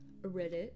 Reddit